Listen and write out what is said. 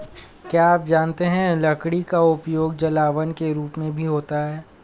क्या आप जानते है लकड़ी का उपयोग जलावन के रूप में भी होता है?